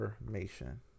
information